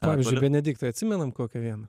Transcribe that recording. pavyzdžiui benediktai atsimenam kokią vieną